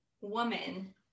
woman